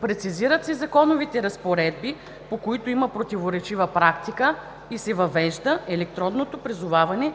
Прецизират се законовите разпоредби, по които има противоречива практика и се въвежда електронното призоваване